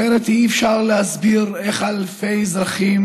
אחרת אי-אפשר להסביר איך אלפי אזרחים,